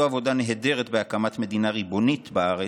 עבודה נהדרת בהקמת מדינה ריבונית בארץ,